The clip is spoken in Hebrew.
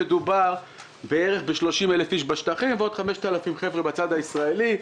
מדובר בערך ב-30,000 איש בשטחים ועוד 5,000 חבר'ה בצד הישראלי,